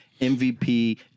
MVP